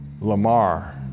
Lamar